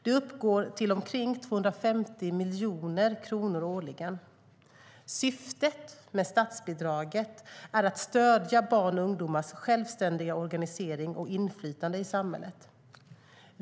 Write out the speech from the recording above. Det uppgår till omkring 250 miljoner kronor årligen. Syftet med statsbidraget är att stödja barns och ungdomars självständiga organisering och inflytande i samhället.